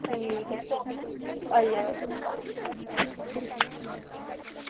ठीक ऐ आई आएओ